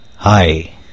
Hi